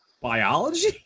biology